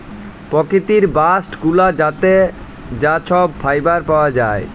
পকিতির বাস্ট গুলা থ্যাকে যা ছব ফাইবার পাউয়া যায়